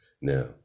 Now